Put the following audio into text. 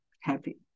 happy